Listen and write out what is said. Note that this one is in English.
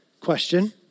question